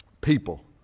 people